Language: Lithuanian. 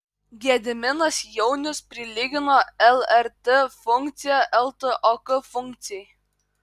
gediminas jaunius prilygino lrt funkciją ltok funkcijai